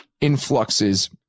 influxes